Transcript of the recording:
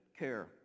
care